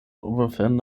within